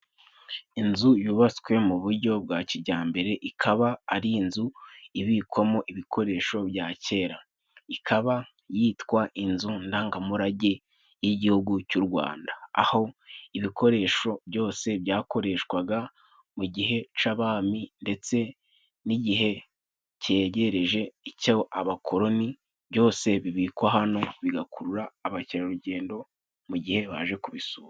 Inzu yubatswe mu buryo bwa kijyambere ikaba ari inzu ibikwamo ibikoresho bya kera, ikaba yitwa inzu ndangamurage y'igihugu cy'u Rwanda. Aho ibikoresho byose byakoreshwaga mu gihe c'abami ndetse n'igihe cyegereje icyo abakoloni, byose bibikwa hano bigakurura abakerarugendo mu gihe baje kubisura.